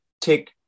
take